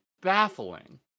baffling